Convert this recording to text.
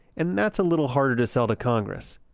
and that's a little harder to sell to congress.